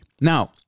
Now